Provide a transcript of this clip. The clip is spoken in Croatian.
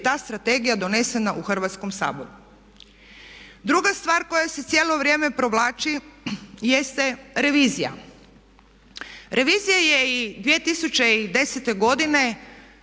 ta strategija donesena u Hrvatskom saboru. Druga stvar koja se cijelo vrijeme provlači jeste revizija. Revizija je i 2010. godine